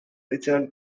result